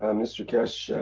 mr keshe,